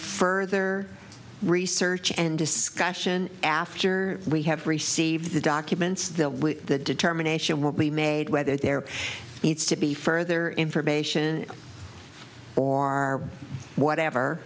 further research and discussion after we have received the documents the the determination will be made whether there needs to be further information or are whatever